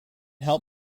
help